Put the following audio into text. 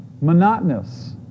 monotonous